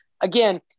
again